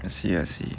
I see I see